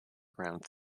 around